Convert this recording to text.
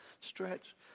Stretch